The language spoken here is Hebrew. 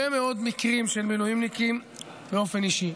מאוד מקרים של מילואימניקים באופן אישי.